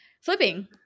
Flipping